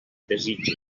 desitge